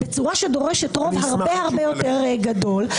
בצורה שדורשת רוב הרבה-הרבה יותר גדול?